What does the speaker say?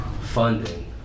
funding